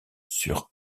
sur